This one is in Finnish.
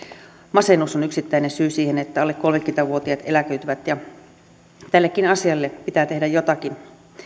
masennus on yksittäinen syy siihen että alle kolmekymmentä vuotiaat eläköityvät ja tällekin asialle pitää tehdä jotakin